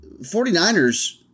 49ers